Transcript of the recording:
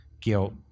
guilt